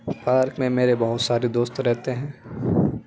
park میں میرے بہت سارے دوست رہتے ہیں